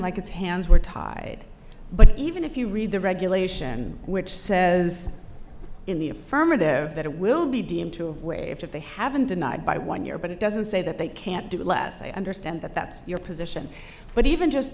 like its hands were tied but even if you read the regulation which says in the affirmative that it will be deemed to have waived if they haven't denied by one year but it doesn't say that they can't do less i understand that that's your position but even just